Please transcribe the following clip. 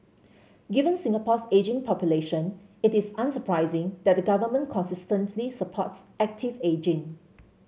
given Singapore's ageing population it is unsurprising that the government consistently supports active ageing